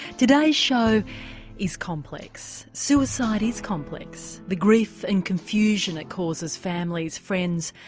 today's show is complex, suicide is complex, the grief and confusion it causes families, friends,